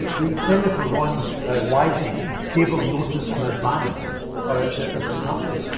the senator ron wyden gave him notice in advance that this was happening.